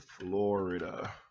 Florida